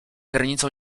granicą